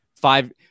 five